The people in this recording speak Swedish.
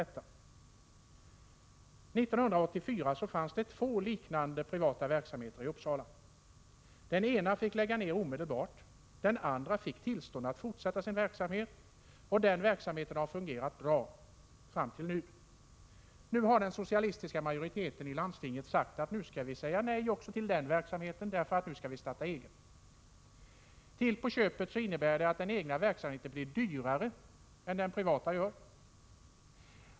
1984 fanns det två liknande privata verksamheter i Uppsala. Den ena fick lägga ned omedelbart, den andra fick tillstånd att fortsätta sin verksamhet, och den har fungerat bra fram till nu. Nu har den socialistiska majoriteten i landstinget sagt: Nu skall vi säga nej också till den verksamheten, därför att nu skall vi starta eget. Till på köpet innebär det att den egna verksamheten blir dyrare än den privata.